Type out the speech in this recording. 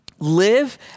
Live